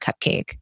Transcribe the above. cupcake